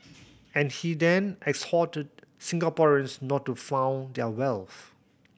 and he then exhorted Singaporeans not to flaunt their wealth